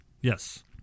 yes